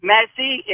Messi